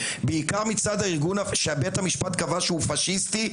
בעיקר מצד הארגון שבית המשפט קבע שהוא פאשיסטי,